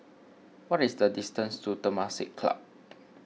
what is the distance to Temasek Club